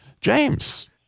James